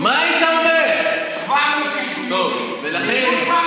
תגיד לו כמה יהודים,